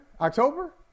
October